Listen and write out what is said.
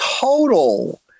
total